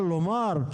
אבל לומר: